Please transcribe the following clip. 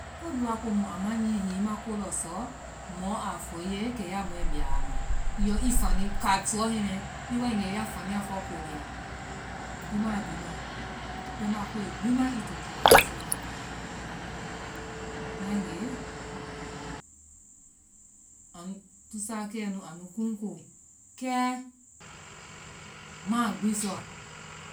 Ko bihi woa komu hihi i ma ko lɔ sɔ mɔ aa fɔ i ye, kɛ yaa biya ma yɔ i fani, ka sɔɔ hɛŋɛ mɛɛ, i waegee ya faniya fɔ ko lia. i ma bihi ma. bɛimaa koe gbi maa i to tiya a lɔ sɔna. ŋgaegee, an tusakɛɛnu anu kunkoo kɛɛ. ŋ maa gbii sɔ.